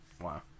wow